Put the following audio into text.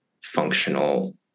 functional